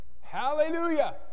Hallelujah